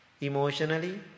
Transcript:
Emotionally